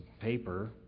paper